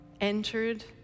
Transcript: entered